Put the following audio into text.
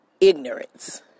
ignorance